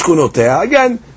Again